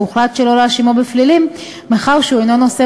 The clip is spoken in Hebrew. והוחלט שלא להאשימו בפלילים מאחר שהוא אינו נושא